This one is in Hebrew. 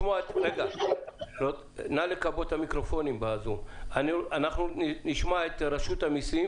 אנחנו נשמע את רשות המסים.